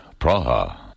Praha